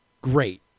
great